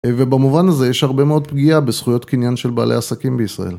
ובמובן הזה יש הרבה מאוד פגיעה בזכויות קניין של בעלי עסקים בישראל.